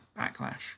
backlash